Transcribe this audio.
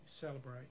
celebrate